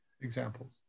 examples